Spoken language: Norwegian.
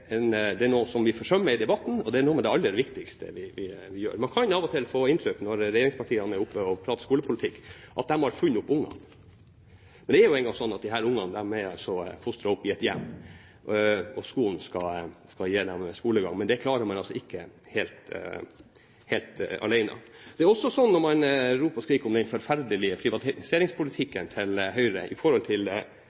at det er noe som vi forsømmer i debatten, og det har å gjøre med noe av aller viktigste vi gjør. Når regjeringspartiene er oppe og prater skolepolitikk, kan man av og til få inntrykk av at de har funnet opp ungene. Men det er nå sånn at disse ungene er fostret opp i et hjem, og skolen skal gi dem skolegang. Det klarer man altså ikke helt alene. Til det at man roper og skriker om den forferdelige